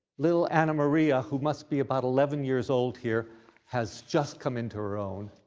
little anna marie ah who must be about eleven years old here has just come into her own.